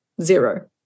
zero